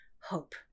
hope